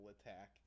attack